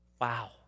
Wow